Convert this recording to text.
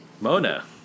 Mona